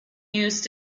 used